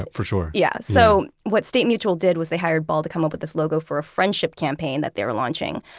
ah for sure yeah so what state mutual did was they hired ball to come up with this logo for a friendship campaign that they were launching.